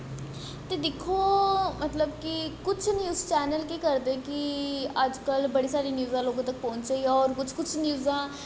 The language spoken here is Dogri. ते दिक्खो कि कुछ न्यूज़ चैन्नल केह् करदे कि अजकल्ल बौह्त सारी न्यूज़ां लोकें तक्कर पुज्जा दियां होर कुछ कुछ न्यूज़ां